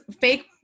fake